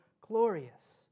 glorious